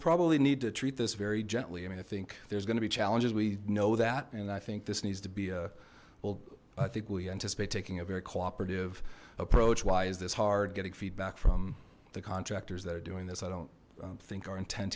probably need to treat this very gently i mean i think there's gonna be challenges we know that and i think this needs to be a well i think we anticipate taking a very cooperative approach why is this hard getting feedback from the contractors that are doing this i don't think our inten